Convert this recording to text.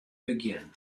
begjin